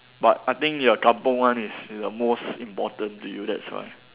but I think your kampung one is the most important to you that's why